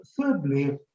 thirdly